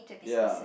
ya